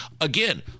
again